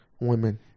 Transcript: Women